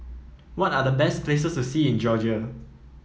what are the best places to see in Georgia